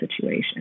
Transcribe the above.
situation